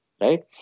right